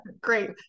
great